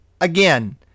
again